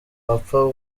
bapfa